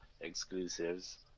exclusives